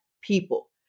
people